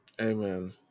Amen